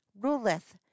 ruleth